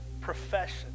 profession